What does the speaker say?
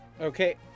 Okay